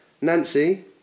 Nancy